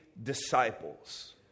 disciples